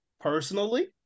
personally